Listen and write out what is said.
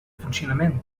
funcionament